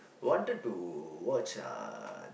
wanted to watch uh